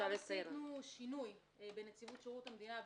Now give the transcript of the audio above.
עשינו עכשיו שינוי בנציבות שירות המדינה.